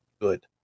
good